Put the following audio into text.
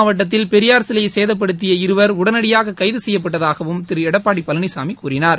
மாவட்டத்தில் பெரியார் சிலையைசேதப்படுத்திய இதேபோல் வேலூர் இருவர் உடனடியாககைதுசெய்யப்பட்டதாகவும் திருளடப்பாடிபழனிசாமிகூறினார்